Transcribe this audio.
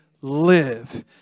live